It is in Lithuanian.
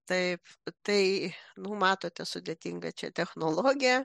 taip tai nu matote sudėtinga čia technologija